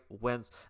wins